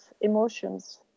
emotions